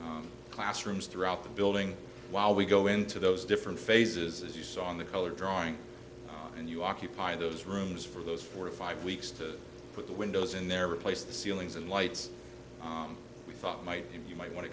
odd classrooms throughout the building while we go into those different phases as you saw in the color drawings and you occupy those rooms for those four or five weeks to put the windows in there replace the ceilings and lights we thought might you might want to